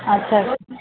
اچھا سب